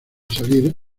salir